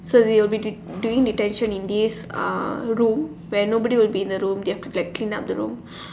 so they will be doing doing detention in this uh room where nobody will be in the room they have to like clean up the room